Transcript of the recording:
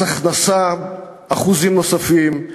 עלייה של אחוזים נוספים במס הכנסה.